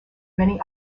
many